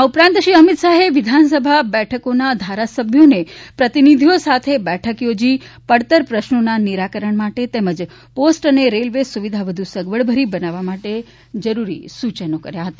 આ ઉપરાંત શ્રી શાહે ગાંધીનગર વિધાનસભા બેઠકોના ધારાસભ્યો અને પ્રતિનિધીઓ સાથે બેઠક થોજી પડતર પ્રશ્નોના નિરાકરણ માટે તેમજ પોસ્ટ અને રેલવે સુવિધા વધુ સગવડભરી બનાવા જરૂરી સૂચનો કર્યા હતા